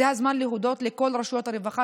זה הזמן להודות לכל רשויות הרווחה,